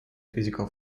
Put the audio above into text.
physical